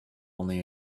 only